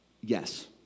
Yes